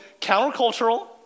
countercultural